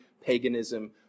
paganism